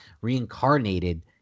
reincarnated